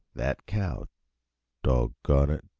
that cow doggone it,